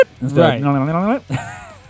Right